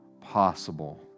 possible